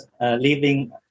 living